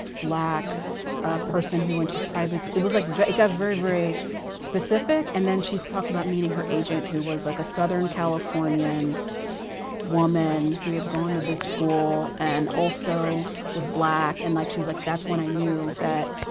black person who went to private school, it was like, it got very, very specific. and then she talked about meeting her agent who was like a southern californian woman who had gone to this school and also was black and like she was like that's when i knew that,